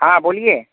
हाँ बोलिए